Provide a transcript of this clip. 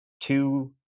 Two